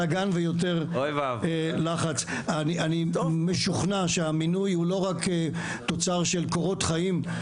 עם שר החקלאות הנכנס על מנת לחזק את הייצור